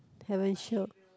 haven't show